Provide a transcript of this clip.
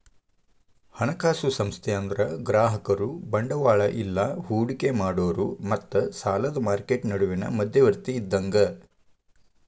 ಹಣಕಾಸು ಸಂಸ್ಥೆ ಅಂದ್ರ ಗ್ರಾಹಕರು ಬಂಡವಾಳ ಇಲ್ಲಾ ಹೂಡಿಕಿ ಮಾಡೋರ್ ಮತ್ತ ಸಾಲದ್ ಮಾರ್ಕೆಟ್ ನಡುವಿನ್ ಮಧ್ಯವರ್ತಿ ಇದ್ದಂಗ